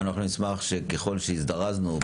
אני אשמח שככל שהזדרזנו,